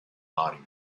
body